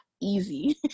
easy